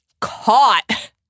caught